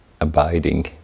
abiding